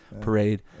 parade